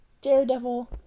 Daredevil